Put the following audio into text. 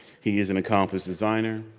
he is an accomplished designer,